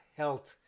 health